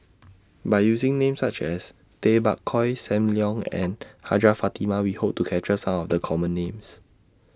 By using Names such as Tay Bak Koi SAM Leong and Hajjah Fatimah We Hope to capture Some of The Common Names